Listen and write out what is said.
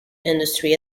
industry